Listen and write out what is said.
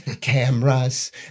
cameras